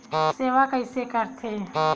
सेवा कइसे करथे?